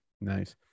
Nice